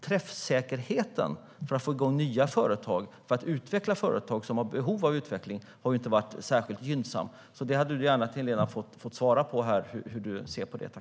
Träffsäkerheten för att få igång nya företag och utveckla företag som har behov av det har inte varit särskilt gynnsam. Du hade gärna fått svara på hur du ser på det, Helena.